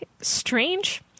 strange